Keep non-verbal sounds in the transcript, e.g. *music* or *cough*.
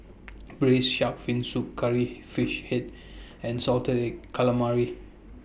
*noise* Braised Shark Fin Soup Curry Fish Head and Salted Egg Calamari